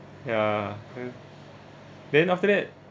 ya then after that